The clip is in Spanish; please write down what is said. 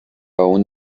aun